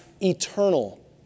eternal